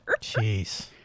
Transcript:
Jeez